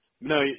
No